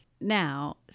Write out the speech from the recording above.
Now